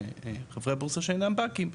חברי הבורסה שאינם בנקים,